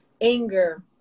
anger